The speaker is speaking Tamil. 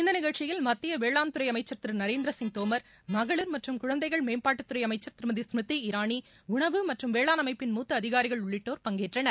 இந்த நிகழ்ச்சியில் மத்திய வேளாண்துறை அமைச்சர் திரு நரேந்திரசிய் தோமர் மகளிர் மற்றும் குழந்தைகள் மேம்பாட்டுத்துறை அமைச்சர் திருமதி எஸ்மிருதி இரானி உணவு மமற்றும் வேளாண் அமைப்பின் மூத்த அதிகாரிகள் உள்ளிட்டோர் பங்கேற்றனர்